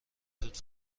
توت